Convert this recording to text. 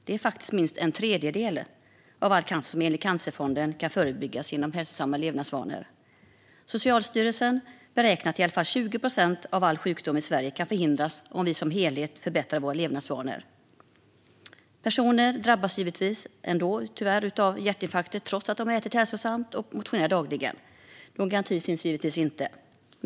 Det är faktiskt minst en tredjedel av all cancer som enligt Cancerfonden kan förebyggas genom hälsosamma levnadsvanor. Socialstyrelsen beräknar att i alla fall 20 procent av all sjukdom i Sverige kan förhindras om vi som helhet förbättrar våra levnadsvanor. Personer drabbas givetvis tyvärr ändå av hjärtinfarkter, trots att de ätit hälsosamt och motionerat dagligen. Någon garanti finns givetvis inte.